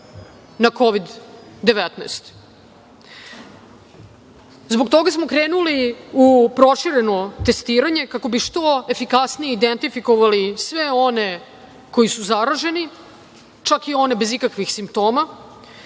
na Kovid – 19. Zbog toga smo krenuli u prošireno testiranje, kako bi što efikasnije identifikovali sve one koji su zaraženi, čak i one bez ikakvih simptoma,